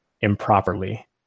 improperly